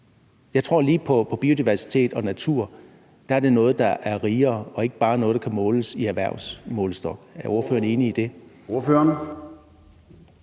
Jeg tror på biodiversitet og natur, og at der er noget, der er rigere og ikke bare kan måles på en erhvervsmålestok. Er ordføreren enig i det?